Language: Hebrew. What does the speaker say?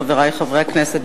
חברי חברי הכנסת,